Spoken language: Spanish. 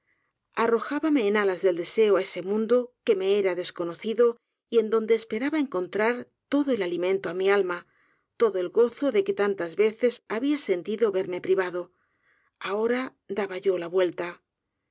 arrojábame en alas del deseoá ese mundo que me era desconocido y en donde esperaba eiir contrar todo el alimento á mi alma todo el gozo de que tantas veces habia sentido verme privado ahora daba yo la vuelta